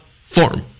form